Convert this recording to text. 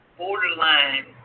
borderline